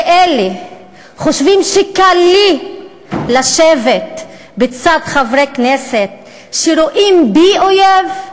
ואלה חושבים שקל לי לשבת לצד חברי כנסת שרואים בי אויב.